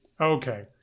Okay